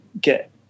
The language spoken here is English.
get